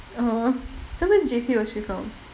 oh so which J_C was she from